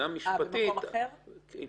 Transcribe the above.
האם